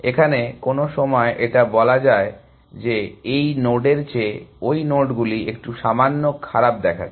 এখানে কোনো সময়ে এটা বলা যায় যে এই নোডের চেয়ে ওই নোডগুলি একটু সামান্য খারাপ দেখাচ্ছে